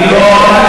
אני לא אמרתי.